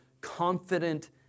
confident